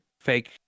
fake